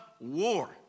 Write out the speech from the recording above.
war